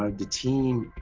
um the team,